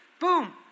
Boom